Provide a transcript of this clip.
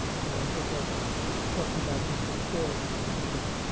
so i think i've talked about this before a little bit. but